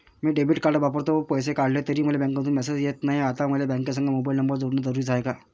मी debit card वापरतो, पैसे काढले तरी मले बँकेमंधून मेसेज येत नाय, आता मले बँकेसंग मोबाईल नंबर जोडन जरुरीच हाय का?